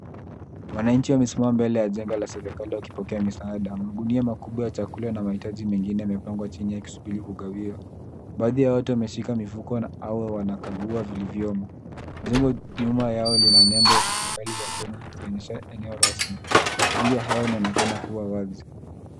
Wananchi wamesimama mbele ya jengo la serikali, wakipokea misaada. Magunia makubwa ya chakula na mahitaji mengine yamepangwa chini yakisubiri kugawiwa. Baadhi ya watu wameshika mifuko au wanakagua vilivyomo. Jengo nyuma yao lina nembo ya serikali ya Kenya ikionyesha eneo rasmi. Hali ya hewa inaonekana kuwa wazi.